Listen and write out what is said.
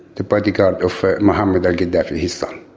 the bodyguard of muhammad al-gaddafi, his son.